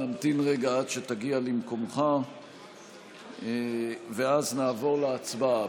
נמתין רגע עד שתגיע למקומך ואז נעבור להצבעה.